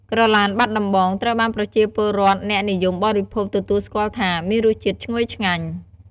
ក្រឡានបាត់ដំបង ត្រូវបានប្រជាពលរដ្ឋអ្នកនិយមបរិភោគទទួលស្គាល់ថា មានរសជាតិឈ្ងុយឆ្ងាញ់។